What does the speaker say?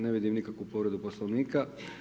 Ne vidim nikakvu povredu Poslovnika.